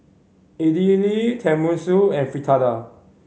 Idili Tenmusu and Fritada